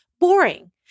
boring